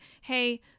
hey